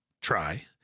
try